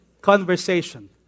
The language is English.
conversation